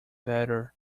better